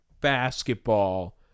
basketball